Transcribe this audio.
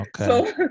Okay